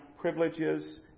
privileges